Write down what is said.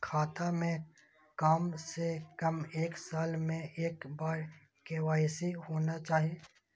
खाता में काम से कम एक साल में एक बार के.वाई.सी होना चाहि?